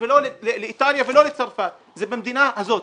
ולא לאיטליה ולא לצרפת אלא זה במדינה הזאת.